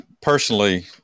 personally